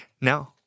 No